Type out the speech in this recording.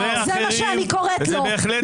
זה מה שאני קוראת לו.